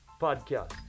podcast